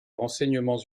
renseignements